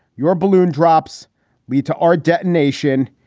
your balloon drops lead to our detonation.